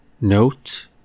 Note